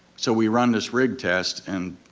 so we run this rig test, and